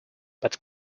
but